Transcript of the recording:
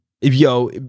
Yo